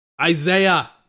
Isaiah